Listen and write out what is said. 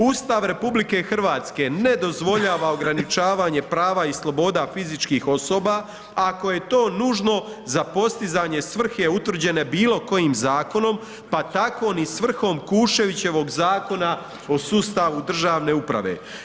Ustav RH ne dozvoljava ograničavanje prava i sloboda fizičkih osoba ako je to nužno za postizanje svrhe utvrđene bilo kojim zakonom, pa tako ni svrhom Kuščevićevog Zakona o sustavu državne uprave.